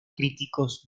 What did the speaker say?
críticos